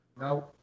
No